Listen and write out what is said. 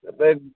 अ